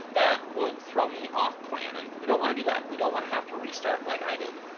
that would throw me off plan and we don't wanna do that. we don't wanna hafta restart like i did.